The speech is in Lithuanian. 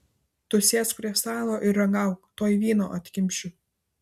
tu sėsk prie stalo ir ragauk tuoj vyno atkimšiu